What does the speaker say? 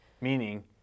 Meaning